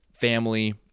family